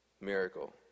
miracle